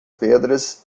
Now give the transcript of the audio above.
pedras